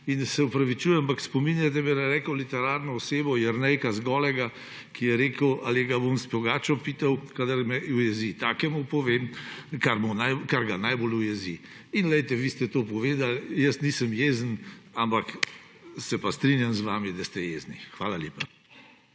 in se opravičujem. Ampak spominjate me na neko literarno osebo Jernejka z Golega, ki je rekel, ali ga bom s pogačo pital, kadar me ujezi. Takemu povem, kar ga najbolj ujezi. In glejte, vi ste to povedali, jaz nisem jezen, ampak se pa strinjam z vami, da ste jezni. Hvala lepa.